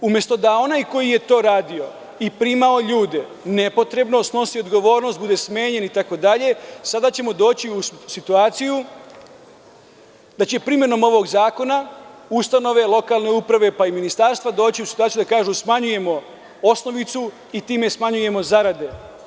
Umesto da onaj koji je to radio i primao ljude nepotrebno, snosi odgovornost, bude smenjen itd, sada ćemo doći u situaciju da će primenom ovog zakona ustanove, lokalne uprave, pa i ministarstva doći u situaciju da kažu – smanjujemo osnovicu i time smanjujemo zarade.